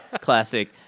classic